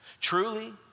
Truly